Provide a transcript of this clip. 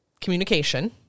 communication